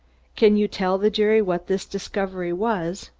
can you tell the jury what this discovery was?